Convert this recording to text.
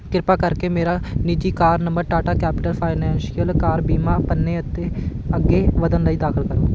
ਕਿਰਪਾ ਕਰਕੇ ਮੇਰਾ ਨਿੱਜੀ car number Tata capital financial car ਬੀਮਾ ਪੰਨੇ ਅਤੇ ਅੱਗੇ ਵਧਣ ਲਈ ਦਾਖਲ ਕਰੋ